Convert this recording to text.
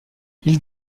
ils